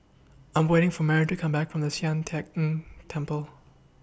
I'm waiting For Maren to Come Back from The Sian Teck Tng Temple